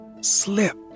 slip